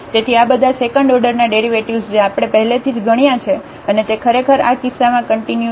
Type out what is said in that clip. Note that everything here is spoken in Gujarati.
તેથી આ બધા સેકન્ડ ઓર્ડરના ડેરિવેટિવ્ઝ જે આપણે પહેલેથી જ ગણ્યા છે અને તે ખરેખર આ કિસ્સામાં કંટીન્યુ છે